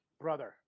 Brother